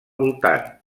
voltant